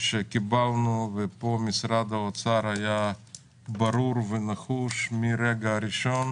שקיבלנו ופה משרד האוצר היה ברור ונחוש מהרגע הראשון